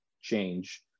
change